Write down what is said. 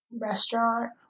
restaurant